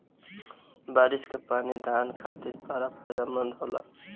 बारिस कअ पानी धान खातिर बड़ा फायदेमंद होला